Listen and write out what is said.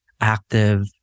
active